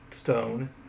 stone